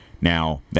Now